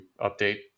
update